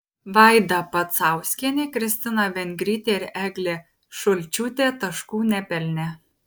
vaida pacauskienė kristina vengrytė ir eglė šulčiūtė taškų nepelnė